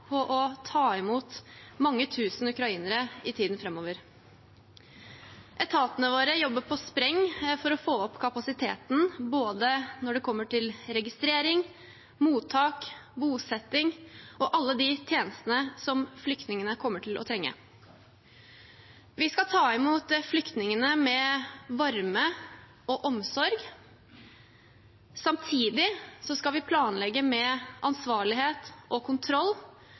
på å ta imot mange tusen ukrainere i tiden framover. Etatene våre jobber på spreng for å få opp kapasiteten når det gjelder både registrering, mottak, bosetting og alle de tjenestene som flyktningene kommer til å trenge. Vi skal ta imot flyktningene med varme og omsorg. Samtidig skal vi planlegge med ansvarlighet og kontroll,